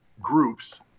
groups